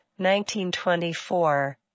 1924